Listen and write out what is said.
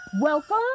welcome